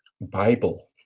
Bible